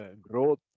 growth